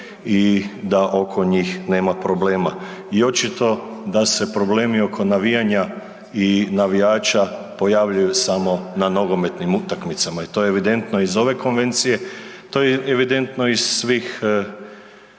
i da oko njih nema problema. I očito da se problemi oko navijanja i navijača pojavljuju samo na nogometnim utakmicama i to je evidentno iz ove konvencije, to je evidentno iz svih